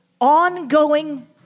ongoing